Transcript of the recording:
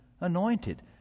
anointed